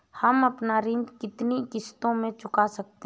हम अपना ऋण कितनी किश्तों में चुका सकते हैं?